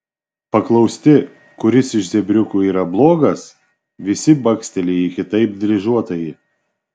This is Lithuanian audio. paklausti kuris iš zebriukų yra blogas visi baksteli į kitaip dryžuotąjį